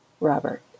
Robert